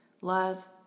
Love